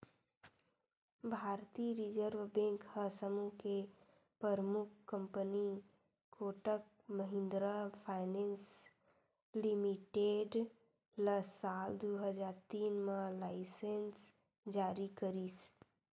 भारतीय reserve bank ह समूह के परमुख company Kotak Mahindra finance limited ल साल दू हजार तीन म लाइनेंस जारी करिस